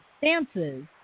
dances